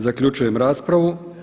Zaključujem raspravu.